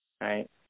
Right